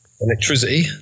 electricity